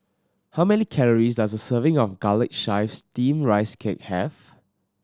how many calories does a serving of Garlic Chives Steamed Rice Cake have